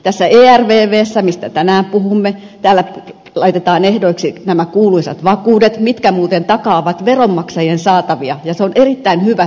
tässä ervvssä mistä tänään puhumme täällä laitetaan ehdoiksi nämä kuuluisat vakuudet mitkä muuten takaavat veronmaksajien saatavia ja se on erittäin hyvä tiukentunut asia